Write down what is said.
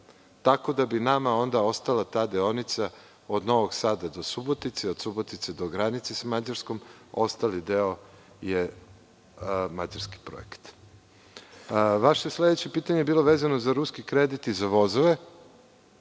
tako da bi nama onda ostala ta deonica od Novog Sada do Subotice i od Subotice do granice sa Mađarskom, a ostali deo je mađarski projekat. Vaše sledeće pitanje je bilo vezano za ruski kredit i za vozove.